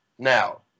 Now